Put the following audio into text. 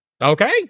Okay